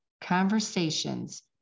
conversations